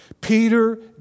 Peter